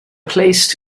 placed